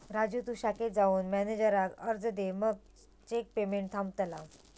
राजू तु शाखेत जाऊन मॅनेजराक अर्ज दे मगे चेक पेमेंट थांबतला